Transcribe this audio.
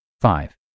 Five